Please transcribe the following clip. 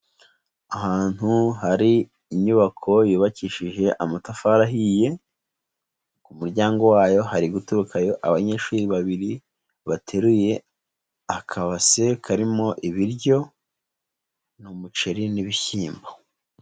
Ahantu hari inyubako yubakishije amatafari ahiye, ku muryango wayo hari guturukayo abanyeshuri babiri bateruye akabase karimo ibiryo, ni umuceri n'ibishyimbo.